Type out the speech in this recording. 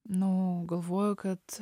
nu galvoju kad